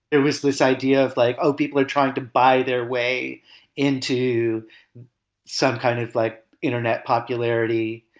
there was this idea of like, oh, people are trying to buy their way into some kind of like internet popularity,